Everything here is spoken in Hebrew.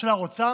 שהממשלה רוצה,